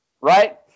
right